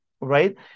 right